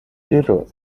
接着